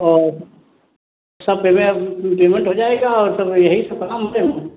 और सब payment payment हो जाएगा और यही तो काम है हम